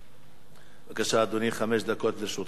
בבקשה, אדוני, חמש דקות לרשותך.